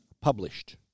published